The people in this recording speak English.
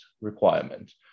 requirement